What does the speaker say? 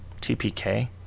tpk